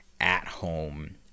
at-home